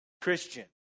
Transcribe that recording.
Christian